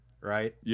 right